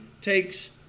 takes